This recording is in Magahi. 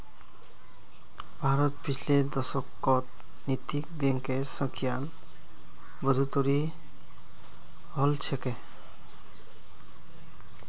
भारतत पिछले दशकत नैतिक बैंकेर संख्यात बढ़ोतरी हल छ